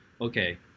okay